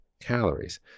calories